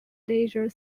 leisure